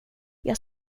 jag